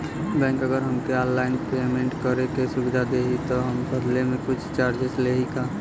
Bank अगर हमके online payment करे के सुविधा देही त बदले में कुछ चार्जेस लेही का?